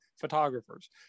photographers